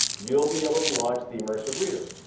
you'll be able to launch the immersive reader.